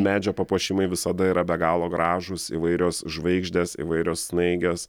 medžio papuošimai visada yra be galo gražūs įvairios žvaigždės įvairios snaigės